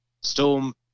Storm